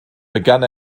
begann